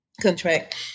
contract